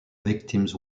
victims